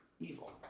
evil